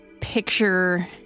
picture